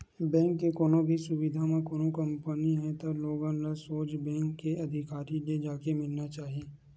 bank के कोनो भी सुबिधा म कोनो कमी हे त लोगन ल सोझ बेंक के अधिकारी ले जाके मिलना चाही